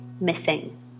missing